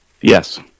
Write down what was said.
Yes